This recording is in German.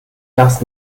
das